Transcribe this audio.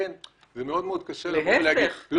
לכן, זה מאוד מאוד קשה להגיד --- להיפך.